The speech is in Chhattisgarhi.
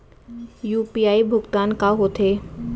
यू.पी.आई भुगतान का होथे?